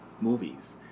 movies